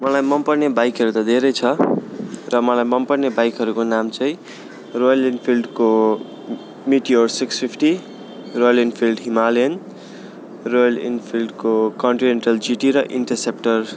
मलाई मन पर्ने बाइकहरू त धेरै छ र मलाई मन पर्ने बाइकहरूको नाम चाहिँ रोयल इनफिल्डको meteor six fifty royal enfield Himalayan royal इनफिल्डको कन्टिनेन्टल जिटी र इन्टरसेप्टर